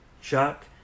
chuck